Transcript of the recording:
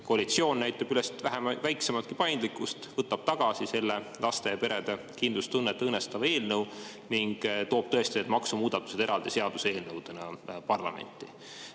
koalitsioon näitab ülest väiksematki paindlikkust, võtab tagasi selle laste ja perede kindlustunnet õõnestava eelnõu ning toob tõesti need maksumuudatused eraldi seaduseelnõudena parlamenti.